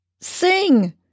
Sing